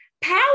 Power